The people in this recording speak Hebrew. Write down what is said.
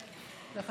השר של השרים.